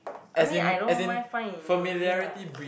I mean I don't mind find in uni lah